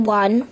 one